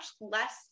less